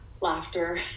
laughter